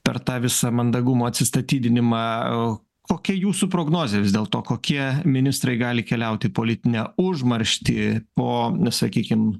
per tą visą mandagumo atsistatydinimą kokia jūsų prognozė vis dėlto kokie ministrai gali keliaut į politinę užmarštį po na sakykim